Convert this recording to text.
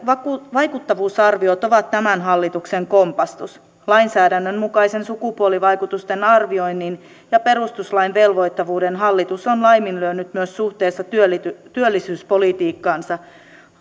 vaikuttavuusarviot ovat tämän hallituksen kompastus lainsäädännön mukaisen sukupuolivaikutusten arvioinnin ja perustuslain velvoittavuuden hallitus on laiminlyönyt myös suhteessa työllisyyspolitiikkaansa